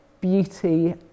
beauty